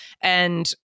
and-